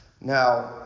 Now